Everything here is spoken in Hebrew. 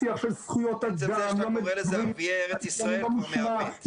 שיח של זכויות אדם --- כשאתה אומר ערביי ארץ ישראל כבר מעוות.